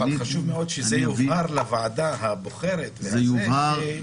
אבל חשוב שזה יובהר לוועדה הבוחרת שיש אפשרות לפיצול.